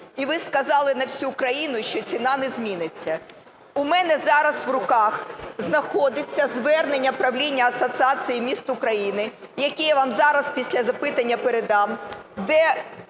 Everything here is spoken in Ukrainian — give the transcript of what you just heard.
І ви сказали на всю країну, що ціна не зміниться. У мене зараз в руках знаходиться звернення правління Асоціації міст України, які я вам зараз після запитання передам, де